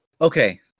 Okay